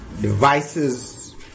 devices